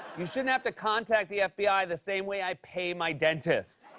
you shouldn't have to contact the fbi the same way i pay my dentist.